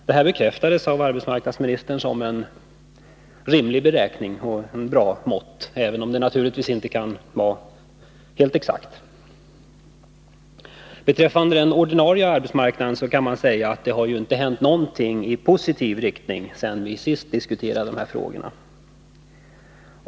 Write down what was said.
Arbetsmarknadsministern bekräftade att detta var en rimlig beräkning och ett bra mått, även om det naturligtvis inte kunde vara helt exakt. Beträffande den ordinarie arbetsmarknaden kan man säga att det har ju inte hänt någonting i positiv riktning sedan vi senast diskuterade de här Nr 80 frågorna.